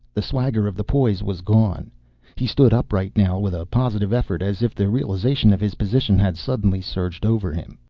the swagger of the poise was gone he stood upright now with a positive effort, as if the realization of his position had suddenly surged over him.